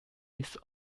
his